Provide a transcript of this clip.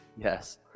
Yes